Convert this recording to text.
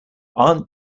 aunt